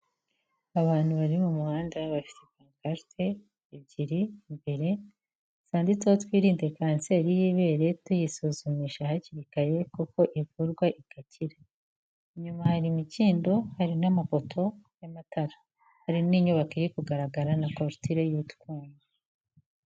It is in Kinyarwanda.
Abantu bari mu muhanda abasipakata ebyiri imbere zanditseho twirinde kanseri y'ibere tuyisuzumisha hakiri kare kuko ivurwa igakira .Inyuma hari imikindo hari n'amapoto y'amatara hari n'inyubako iri kugaragara na korotire y'utwuma.